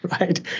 right